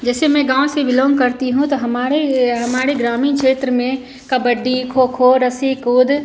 जैसे मैं गाँव से बिलॉन्ग करती हूँ तो हमारे हमारे ग्रामीण क्षेत्र में कबड्डी खो खो रस्सी कूद